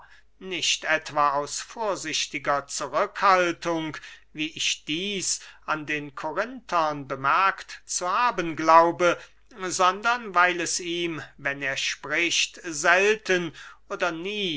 nicht etwa aus vorsichtiger zurückhaltung wie ich dieß an den korinthern bemerkt zu haben glaube sondern weil es ihm wenn er spricht selten oder nie